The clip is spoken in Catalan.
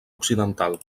occidental